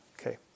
Okay